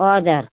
हजुर